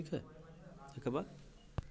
ठीक है एहिके बाद